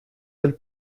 del